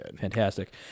fantastic